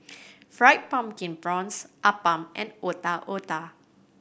Fried Pumpkin Prawns Appam and Otak Otak